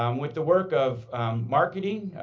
um with the work of marketing,